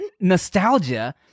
nostalgia